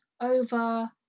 over